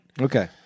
Okay